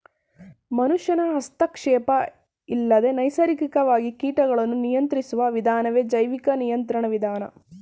ಮನುಷ್ಯನ ಹಸ್ತಕ್ಷೇಪ ಇಲ್ಲದೆ ನೈಸರ್ಗಿಕವಾಗಿ ಕೀಟಗಳನ್ನು ನಿಯಂತ್ರಿಸುವ ವಿಧಾನವೇ ಜೈವಿಕ ನಿಯಂತ್ರಣ ವಿಧಾನ